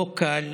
לא קל